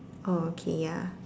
oh okay ya